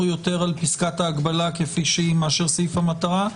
יותר על פסקת ההגבלה כפי שהיא מאשר סעיף המטרה.